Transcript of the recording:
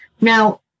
Now